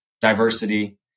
diversity